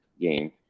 game